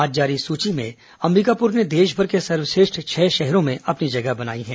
आज जारी सूची में अंबिकापुर ने देशभर के सर्वश्रेष्ठ छह शहरों में अपनी जगह बनाई है